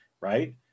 right